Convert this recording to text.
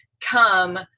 come